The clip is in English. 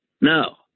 No